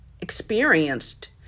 Experienced